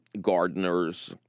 gardeners